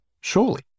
Surely